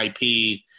IP